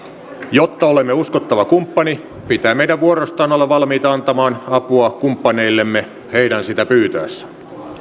jotta olemme uskottava kumppani pitää meidän vuorostamme olla valmiita antamaan apua kumppaneillemme heidän sitä pyytäessään